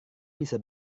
bisa